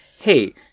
hey